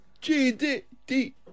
G-D-D